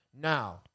Now